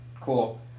Cool